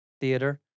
Theater